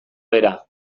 bera